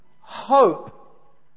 hope